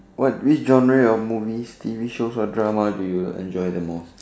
what which genre of movies T_V shows or drama do you enjoy the most